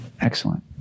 Excellent